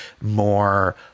more